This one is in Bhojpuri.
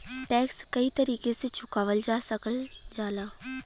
टैक्स कई तरीके से चुकावल जा सकल जाला